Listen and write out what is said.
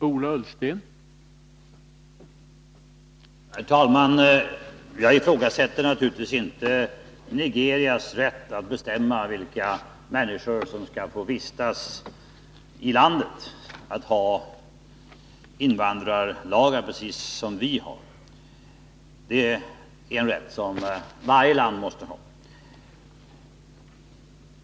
Herr talman! Jag ifrågasätter naturligtvis inte Nigerias rätt att bestämma vilka människor som skall få vistas i landet — att ha invandrarlagar precis som vi har. Det är en rätt som varje land måste ha.